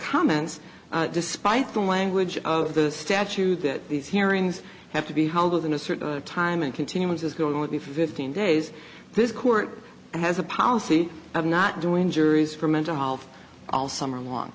come despite the language of the statute that these hearings have to be held within a certain time and continuance is going to be fifteen days this court has a policy of not doing juries for mental health all summer long